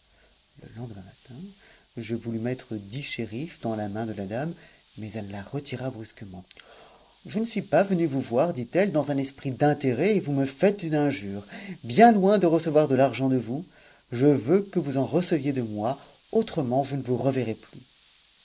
le lendemain matin je voulus mettre dix scherifs dans la main de la dame mais elle la retira brusquement je ne suis pas venue vous voir dit-elle dans un esprit d'intérêt et vous me faites une injure bien loin de recevoir de l'argent de vous je veux que vous en receviez de moi autrement je ne vous reverrai plus